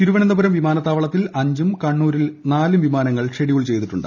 തിരുവനന്തപുരം വിമാനത്താവളത്തിൽ അഞ്ചും കണ്ണൂരിൽ നാലും വിമാനങ്ങൾ ഷെഡ്യൂൾ ചെയ്തിട്ടുണ്ട്